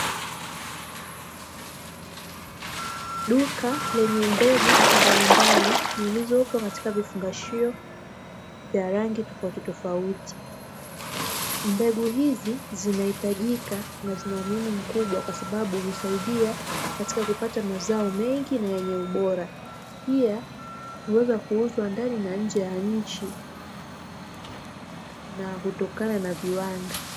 Duka lenye mbegu mbalimbali zilizopo katika vifungashio vya rangi tofauti tofauti, mbegu hizi zinahitajika na zina umuhimu mkubwa kwa sababu husaidia katika kupata mazao mengi na yenye ubora. Pia huweza kuuzwa ndani na nje ya nchi na hutokana na viwanda.